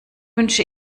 wünsche